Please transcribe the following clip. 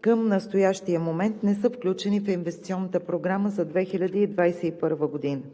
към настоящия момент не са включени в Инвестиционната програма за 2021 г.